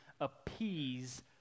appease